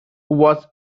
was